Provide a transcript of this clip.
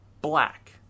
black